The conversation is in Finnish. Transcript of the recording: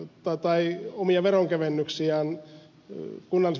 ottaa tai omia veronkevennyksiä on liikunnan